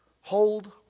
Hold